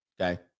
Okay